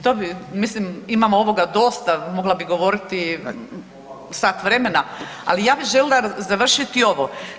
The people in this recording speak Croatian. To bi, mislim imam ovoga dosta, mogla bi govoriti sat vremena, ali ja bi željela završiti ovo.